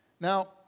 Now